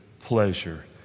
pleasure